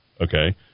okay